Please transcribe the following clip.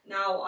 Now